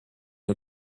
new